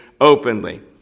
openly